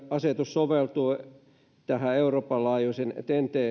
asetus soveltuu euroopan laajuisen ten t